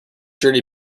journey